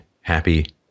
happy